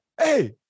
hey